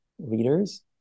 readers